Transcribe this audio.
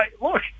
Look